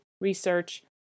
research